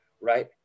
Right